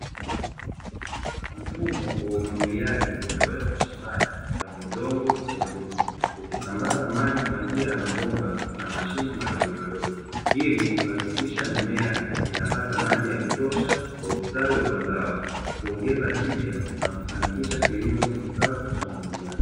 Mfumo wa umwagiliaji uliowekwa shambani kwenye udongo wenye rutuba, ukisambaza maji kwa njia ya mabomba na mashimo madogo madogo ili kuhakikisha mimea inapata maji ya kutosha kwa ustawi wa mazao kuongeza tija na kufanikisha kilimo cha kisasa cha umwagiliaji.